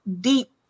deep